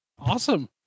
Awesome